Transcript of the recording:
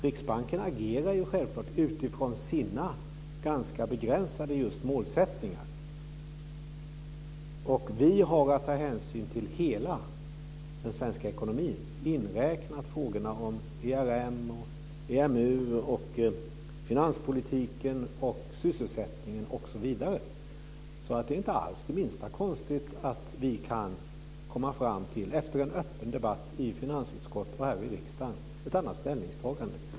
Riksbanken agerar självfallet utifrån sina, ganska begränsade, målsättningar, men vi har att ta hänsyn till hela den svenska ekonomin inräknat frågorna om ERM, EMU, finanspolitiken, sysselsättningen osv. Det är alltså inte alls det minsta konstigt att vi efter en öppen debatt i finansutskottet och här i riksdagen kan komma fram till ett annat ställningstagande.